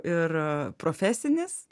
ir profesinis